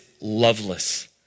loveless